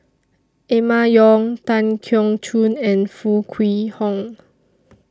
Emma Yong Tan Keong Choon and Foo Kwee Horng